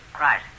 Right